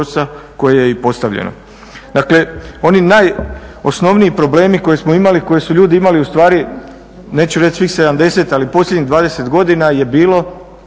koje je i postavljeno. Dakle, oni najosnovniji problemi koje smo imali, koje su ljudi imali ustvari, neću reći svih 70, ali posljednjih 20. godina je bilo